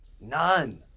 none